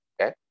Okay